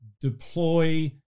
deploy